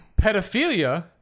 Pedophilia